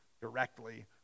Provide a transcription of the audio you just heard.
directly